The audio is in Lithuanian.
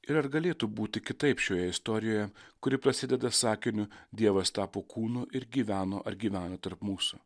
ir ar galėtų būti kitaip šioje istorijoje kuri prasideda sakiniu dievas tapo kūnu ir gyveno ar gyvena tarp mūsų